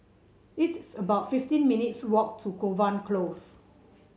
it's about fifteen minutes' walk to Kovan Close